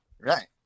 Right